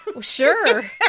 Sure